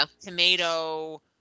tomato